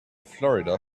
florida